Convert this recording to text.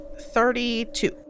Thirty-two